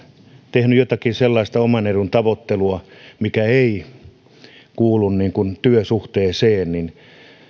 tehnyt jotakin sellaista oman edun tavoittelua mikä ei kuulu työsuhteeseen niin